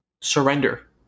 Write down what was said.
Surrender